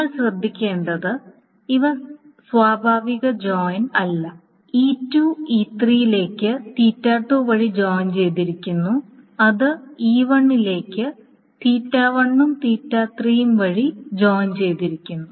നിങ്ങൾ ശ്രദ്ധിക്കേണ്ടത് ഇവ സ്വാഭാവിക ജോയിൻ അല്ല എന്നതിന് തുല്യമാണ്